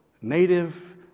native